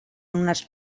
unes